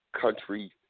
country